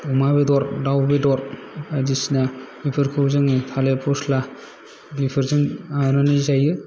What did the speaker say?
अमा बेदर दाव बेदर बायदिसिना बेफोरखौ जोङो थालिर फस्ला बेफोरजों लानानै जायो